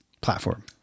platform